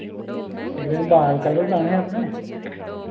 इक दिन बाल कलर कराने हे अपने